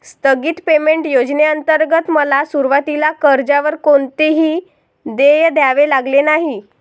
स्थगित पेमेंट योजनेंतर्गत मला सुरुवातीला कर्जावर कोणतेही देय द्यावे लागले नाही